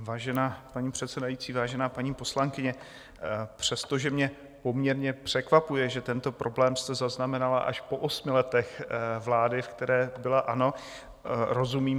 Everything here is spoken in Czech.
Vážená paní předsedající, vážená paní poslankyně, přestože mě poměrně překvapuje, že tento problém jste zaznamenala až po osmi letech vlády, v které byla ANO, rozumím.